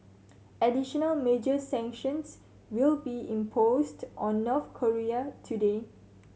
additional major sanctions will be imposed on North Korea today